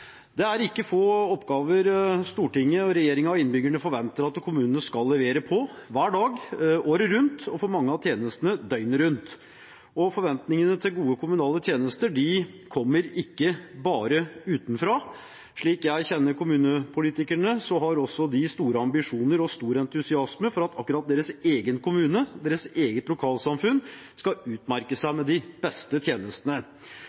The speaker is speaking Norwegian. Det er ikke få oppgaver Stortinget, regjeringen og innbyggerne forventer at kommunene skal levere på, hver dag året rundt – og døgnet rundt for mange av tjenestene. Forventningene til gode kommunale tjenester kommer ikke bare utenfra. Slik jeg kjenner kommunepolitikerne, har også de store ambisjoner og stor entusiasme for at akkurat deres egen kommune – deres eget lokalsamfunn skal utmerke seg med de beste tjenestene.